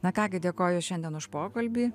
na ką gi dėkoju šiandien už pokalbį